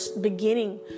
beginning